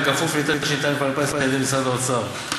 כפוף להיתר שניתן למפעל הפיס על-ידי משרד האוצר.